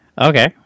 Okay